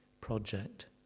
project